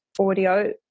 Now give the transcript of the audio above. audio